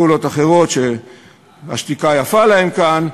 פעולות אחרות שהשתיקה יפה להן כאן,